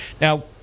Now